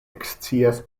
ekscias